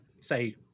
say